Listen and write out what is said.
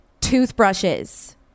toothbrushes